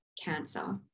cancer